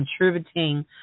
contributing